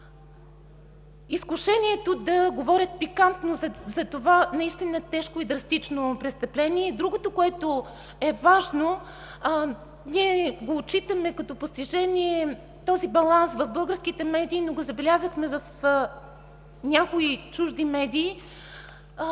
изкушението да говорят пикантно за това наистина тежко и драстично престъпление. Другото, което е важно, ние го отчитаме като постижение – този баланс в българските медии, но го забелязахме в някои чужди медии,